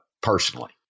personally